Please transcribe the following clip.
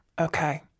okay